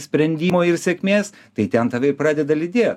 sprendimo ir sėkmės tai ten tave ir pradeda lydėt